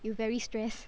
you very stress